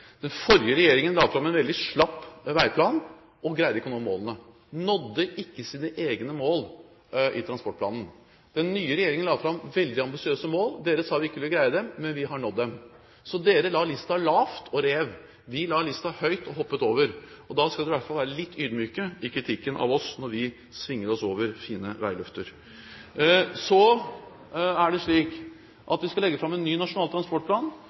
Den forrige regjeringen la fram en veldig slapp veiplan og greide ikke å nå målene. De nådde ikke sine egne mål i transportplanen. Den nye regjeringen la fram veldig ambisiøse mål. Dere sa at vi ikke ville greie det, men vi har nådd dem. Dere la listen lavt og rev. Vi la listen høyt og hoppet over. Da skal dere i hvert fall være litt ydmyke i kritikken av oss – når vi svinger oss over fine veiløfter. Så er det slik at vi skal legge fram en ny nasjonal transportplan.